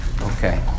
okay